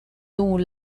dugun